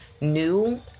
new